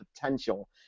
potential